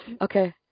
Okay